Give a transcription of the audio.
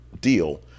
deal